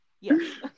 Yes